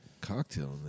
cocktail